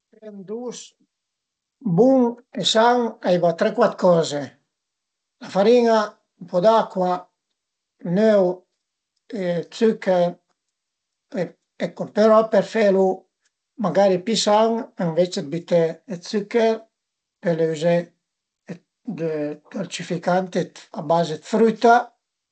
Për fe ën dus bun e san a i va tre, cuat coze: la farin-an po d'acua, ün öu e d'süchèr. Eccu, però për felu magari pi san, ënvecce dë büté d'süchèr, pöle uzé dë dolficicante a baze dë früita